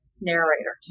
narrators